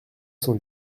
cent